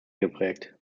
geprägt